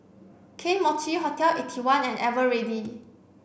Kane Mochi Hotel eighty one and Eveready